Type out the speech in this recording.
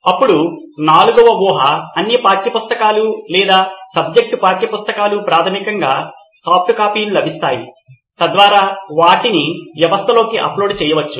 అప్పుడు నాలుగువ ఊహ అన్ని పాఠ్యపుస్తకాలు లేదా సబ్జెక్ట్ పాఠ్యపుస్తకాలు ప్రాథమికంగా సాఫ్ట్ కాపీలుగా లభిస్తాయి తద్వారా వాటిని వ్యవస్థలోకి అప్లోడ్ చేయవచ్చు